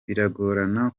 biragorana